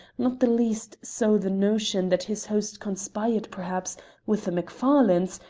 not the least so the notion that his host conspired perhaps with the macfarlanes,